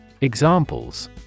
Examples